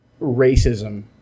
racism